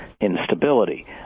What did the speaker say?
instability